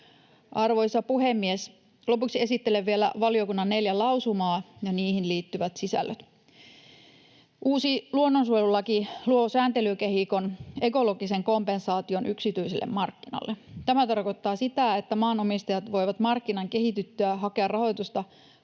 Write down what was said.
Arvoisa puhemies! Lopuksi esittelen vielä valiokunnan neljä lausumaa ja niihin liittyvät sisällöt. Uusi luonnonsuojelulaki luo sääntelykehikon ekologisen kompensaation yksityiselle markkinalle. Tämä tarkoittaa sitä, että maanomistajat voivat markkinan kehityttyä hakea rahoitusta